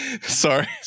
sorry